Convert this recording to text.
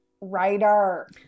writer